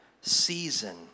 season